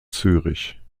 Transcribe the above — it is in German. zürich